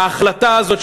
ההחלטה הזאת,